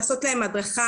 לעשות להם הדרכה,